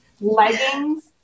leggings